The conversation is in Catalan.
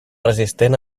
resistent